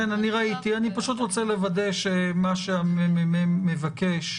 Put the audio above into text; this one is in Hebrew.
כן, ראיתי, אני פשוט רוצה לוודא שמה שהממ"מ מבקש,